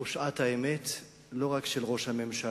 הוא שעת האמת, לא רק של ראש הממשלה,